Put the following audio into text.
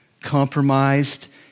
compromised